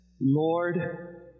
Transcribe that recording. Lord